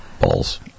Balls